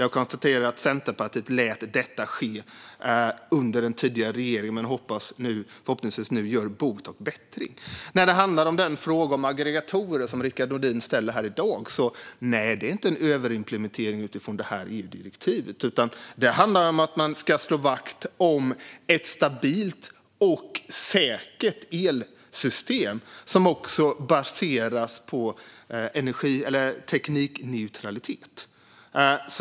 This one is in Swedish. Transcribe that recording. Jag konstaterar att Centerpartiet lät detta ske under den tidigare regeringen, men jag hoppas att man nu gör bot och bättring. När det handlar om den fråga om aggregatorer som Rickard Nordin ställer här i dag är det inte en överimplementering utifrån detta EU-direktiv. Det handlar i stället om att slå vakt om ett stabilt och säkert elsystem som också baseras på teknikneutralitet.